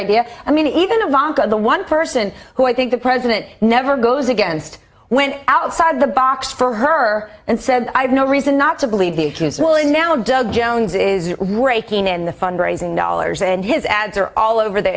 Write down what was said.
idea i mean even avant garde the one person who i think the president never goes against went outside the box for her and said i have no reason not to believe the accused will and now doug jones is raking in the fundraising dollars and his ads are all over the